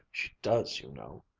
she does, you know.